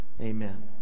Amen